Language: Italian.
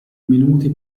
minuti